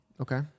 Okay